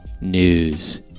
news